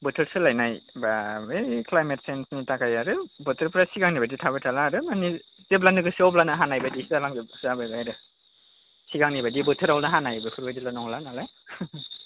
बोथोर सोलायनाय बा बे क्लायमेट सेन्जनि थाखाय आरो बोथोरफ्रा सिगांनि बायदि थाबाय थाला आरो जेब्लानो गोसो अब्लानो हानाय बायदि जालांजोबबाय आरो सिगांनि बायदि बोथोरावनो हानाय बेफोरबायदि नंला नालाय